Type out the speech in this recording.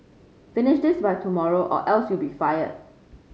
finish this by tomorrow or else you'll be fired